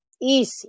Easy